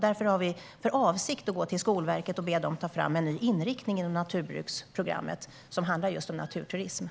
Därför har vi för avsikt att gå till Skolverket och be dem ta fram en ny inriktning om naturturism inom naturbruksprogrammet.